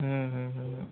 હંહંહં